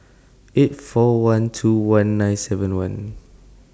eight four one two one nine seven one